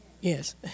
Yes